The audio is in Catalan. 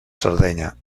sardenya